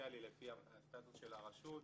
דיפרנציאלי לפי הסטטוס של הרשות.